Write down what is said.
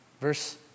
Verse